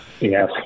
Yes